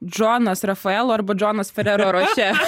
džonas rafaelo arba džonas ferero rošė